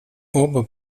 оба